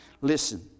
Listen